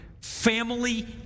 family